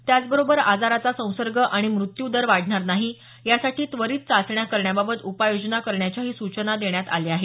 त्याचबरोबर आजाराचा संसर्ग आणि मृत्यू दर वाढणार नाही यासाठी त्वरीत चाचण्या करण्याबाबत उपाययोजना करण्याच्याही सूचना देण्यात आल्या आहेत